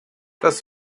das